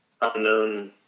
unknown